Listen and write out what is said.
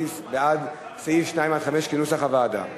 מי בעד סעיפים 2 5 כנוסח הוועדה?